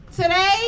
Today